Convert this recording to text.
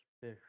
Fish